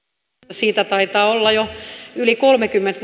siitä taitaa olla jo yli kolmekymmentä